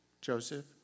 Joseph